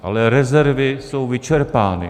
Ale rezervy jsou vyčerpány.